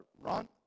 Ron